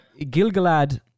Gilgalad